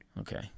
Okay